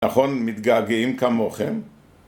נכון מתגעגעים כמוכם?